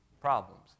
problems